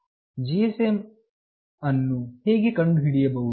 GSM ಅನ್ನು ಹೇಗೆ ಕಂಡುಹಿಡಿಯಬಹುದು